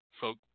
folk